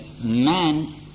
man